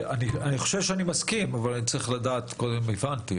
אני חושב שאני מסכים אבל מעדיף לדעת אם הבנתי,